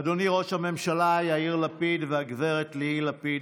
אדוני ראש הממשלה יאיר לפיד וגב' ליהיא לפיד,